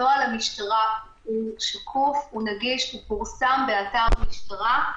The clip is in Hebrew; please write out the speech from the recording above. נוהל המשטרה שקוף, נגיש, הוא פורסם באתר המשטרה.